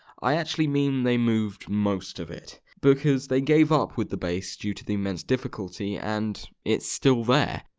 i actually mean they moved most of it, because they gave up with the base due to the immense difficulty and. it's still there,